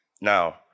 Now